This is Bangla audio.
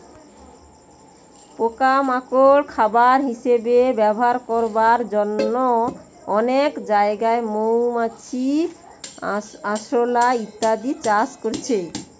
পোকা মাকড় খাবার হিসাবে ব্যবহার করবার জন্যে অনেক জাগায় মৌমাছি, আরশোলা ইত্যাদি চাষ করছে